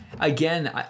again